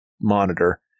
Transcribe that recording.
monitor